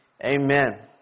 Amen